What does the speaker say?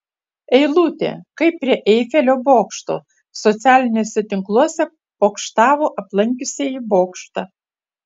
eilutė kaip prie eifelio bokšto socialiniuose tinkluose pokštavo aplankiusieji bokštą